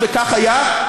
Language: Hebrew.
וכך היה,